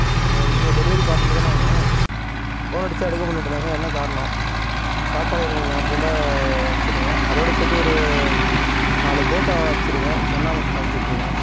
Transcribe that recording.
உங்கள் delivery partner தானே அவங்க ஃபோன் அடிச்சால் எடுக்க மாட்டேன்றாங்க என்ன காரணம் சாப்பாடு எனக்கு கொஞ்சம் அர்ஜன்ட்டாக அனுப்புச்சிவிடுங்க அதோட சேர்த்து ஒரு நாலு புரோட்டா அனுப்பிச்சிவிடுங்க சன்னா மசாலா அனுப்பிச்சிவிட்ருங்க